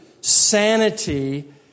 sanity